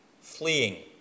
fleeing